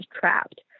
trapped